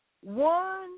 One